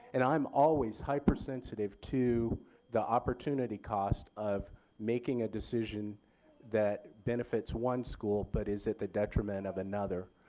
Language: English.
and i'm always hyper sensitive to the opportunity cost of making a decision that benefits one school but is that the detriment of another.